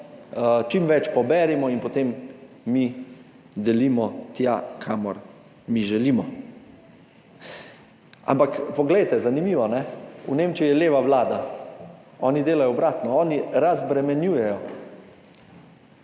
čim več poberemo in potem mi delimo tja, kamor mi želimo. Ampak poglejte, zanimivo, v Nemčiji je leva vlada – oni delajo obratno, oni razbremenjujejo.